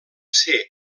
ser